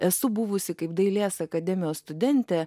esu buvusi kaip dailės akademijos studentė